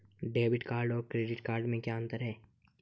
Debit card और credit card में क्या अंतर है?